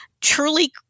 Truly